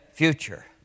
future